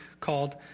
called